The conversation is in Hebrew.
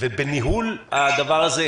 ובניהול הדבר הזה,